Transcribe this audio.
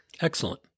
Excellent